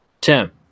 Tim